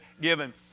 given